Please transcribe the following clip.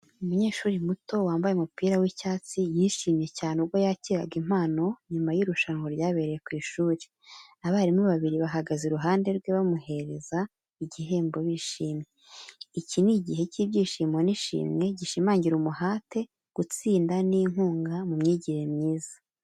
Umunyeshuri muto, wambaye umupira w'icyatsi yishimye cyane ubwo yakiraga impano nyuma y’irushanwa ryabereye ku ishuri. Abarimu babiri bahagaze iruhande rwe, bamuhereza igihembo bishimye. Iki ni igihe cy’ibyishimo n'ishimwe, gishimangira umuhate, gutsinda n’inkunga mu myigire myiza.